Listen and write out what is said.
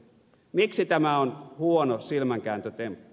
miksi tämä on huono silmänkääntötemppu